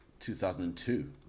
2002